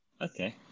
Okay